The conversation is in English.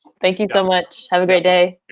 thank you so much. have a great day.